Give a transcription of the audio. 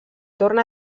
torna